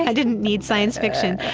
yeah didn't need science fiction.